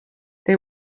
they